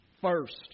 first